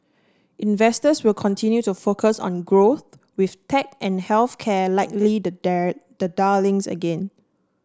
investors will continue to focus on growth with tech and health care likely the dare the darlings again